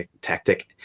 tactic